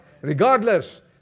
Regardless